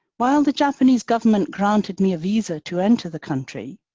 while the japanese government granted me a visa to enter the country,